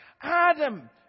Adam